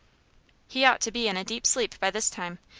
he ought to be in a deep sleep by this time.